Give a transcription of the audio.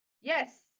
Yes